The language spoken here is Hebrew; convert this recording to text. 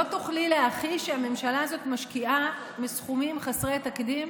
לא תוכלי להכחיש שהממשלה הזאת משקיעה סכומים חסרי תקדים,